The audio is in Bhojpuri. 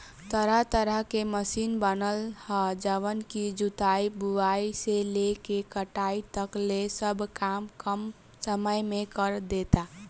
तरह तरह के मशीन बनल ह जवन की जुताई, बुआई से लेके कटाई तकले सब काम कम समय में करदेता